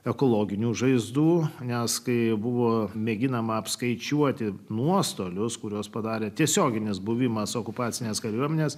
ekologinių žaizdų nes kai buvo mėginama apskaičiuoti nuostolius kuriuos padarė tiesioginis buvimas okupacinės kariuomenės